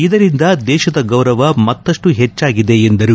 ಇದರಿಂದ ದೇತದ ಗೌರವ ಮತ್ತಷ್ಟು ಹೆಚ್ಚಾಗಿದೆ ಎಂದರು